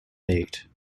baked